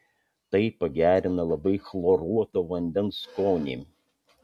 tai pagerina labai chloruoto vandens skonį